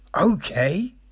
okay